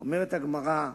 אומרת הגמרא,